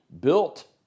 built